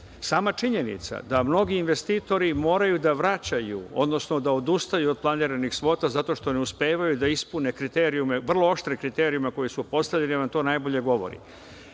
Sama činjenica da mnogi investitori moraju da vraćaju, odnosno da odustaju od planiranih svota zato što ne uspevaju da ispune vrlo oštre kriterijume koji su postavljeni, to nam najbolje